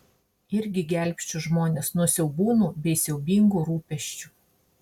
irgi gelbsčiu žmones nuo siaubūnų bei siaubingų rūpesčių